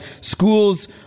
schools